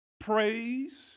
praise